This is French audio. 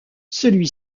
celui